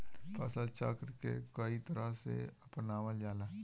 फसल चक्र के कयी तरह के अपनावल जाला?